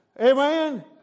Amen